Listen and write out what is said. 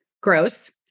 gross